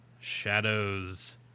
Shadows